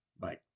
Bye